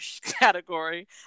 category